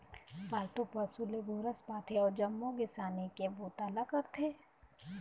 पालतू पशु ले गोरस पाथे अउ जम्मो किसानी के बूता ल करथे